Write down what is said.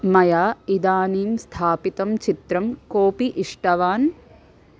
मया इदानीं स्थापितं चित्रं कोपि इष्टवान्